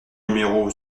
numéro